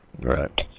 Right